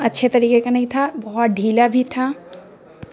اچھے طریقے کا نہیں تھا بہت ڈھیلا بھی تھا